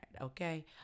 Okay